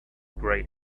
grey